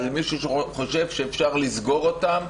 מי שחושב שאפשר לסגור אותן.